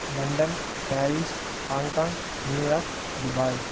London Paris Hong Kong New York Dubai